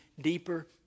deeper